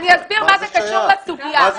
אני אסביר מה זה קשור לסוגיה.